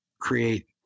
create